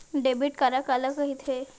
Debit card काला कहिथे?